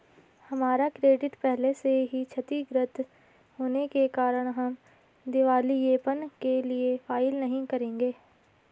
हमारा क्रेडिट पहले से ही क्षतिगृत होने के कारण हम दिवालियेपन के लिए फाइल नहीं करेंगे